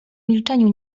milczeniu